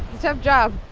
tough job,